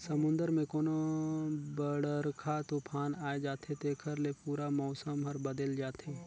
समुन्दर मे कोनो बड़रखा तुफान आये जाथे तेखर ले पूरा मउसम हर बदेल जाथे